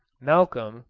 malcolm,